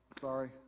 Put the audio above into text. Sorry